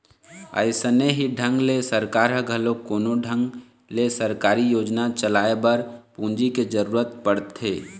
अइसने ही ढंग ले सरकार ल घलोक कोनो ढंग ले सरकारी योजना चलाए बर पूंजी के जरुरत पड़थे